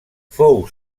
fou